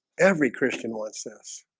every christian wants this.